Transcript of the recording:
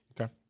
Okay